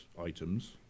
items